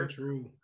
true